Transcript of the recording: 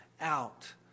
Out